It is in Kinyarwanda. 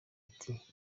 ati